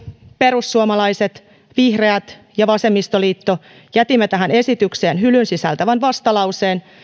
perussuomalaiset vihreät ja vasemmistoliitto jätimme tähän esitykseen hylyn sisältävän vastalauseen